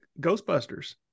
ghostbusters